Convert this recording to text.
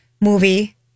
movie